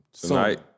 tonight